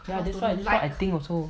ya that's what I think also